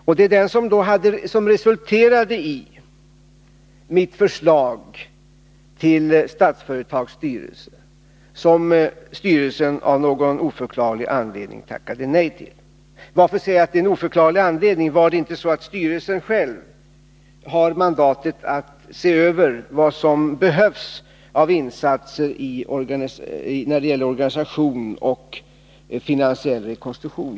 Det var den som resulterade i mitt förslag till Statsföretags styrelse, som styrelsen av någon oförklarlig anledning tackade nej till. Varför säger jag ”oförklarlig” anledning? Har inte styrelsen själv mandat att se över vad som behövs av insatser när det gäller organisation och finansiell rekonstruktion?